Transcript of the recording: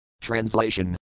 Translation